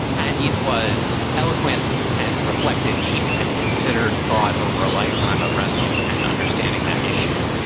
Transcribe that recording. and it was eloquent and reflected, deep and considered thought over a lifetime of wrestling and understanding that issue.